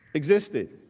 existed